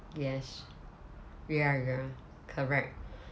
yes ya ya correct